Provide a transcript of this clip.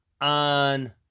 on